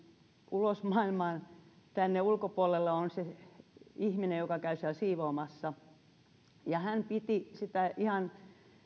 ulos maailmaan tänne ulkopuolelle on se ihminen joka käy siellä siivoamassa hän piti sitä ihan